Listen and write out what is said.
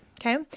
Okay